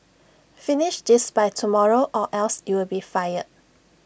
finish this by tomorrow or else you'll be fired